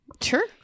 Sure